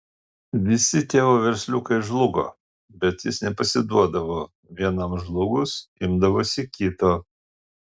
visi tėvo versliukai žlugo bet jis nepasiduodavo vienam žlugus imdavosi kito